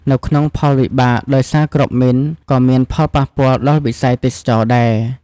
នៅក្នុងផលវិបានដោយសារគ្រាប់មីនក៏មានផលប៉ះពាល់ដល់វិស័យទេសចរណ៍ដែរ។